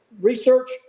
research